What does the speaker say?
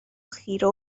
خیره